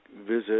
visit